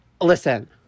listen